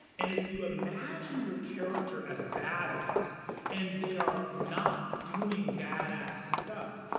and if you imagine your character as a bad-ass, and they are not doing bad-ass stuff,